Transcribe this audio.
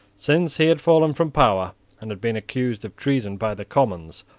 since he had fallen from power and had been accused of treason by the commons,